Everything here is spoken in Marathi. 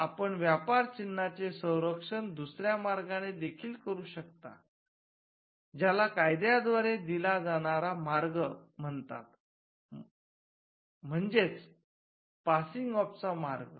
आपण व्यापार चिन्हाचे संरक्षण दुसऱ्या मार्गाने देखील करू शकता ज्याला कायद्या द्वारे दिला जाणारा मार्ग म्हणतात म्हणतो म्हणजेच पासिंग ऑफ चा मार्ग